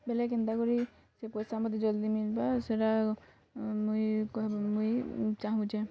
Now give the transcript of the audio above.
ବେଲେ କେନ୍ତା କରି ସେ ପଇସା ମୋତେ ଜଲ୍ଦି ମିଲ୍ବା ସେଇଟା ମୁଇଁ କହିବି ମୁଇଁ ଚାହୁଁଛେ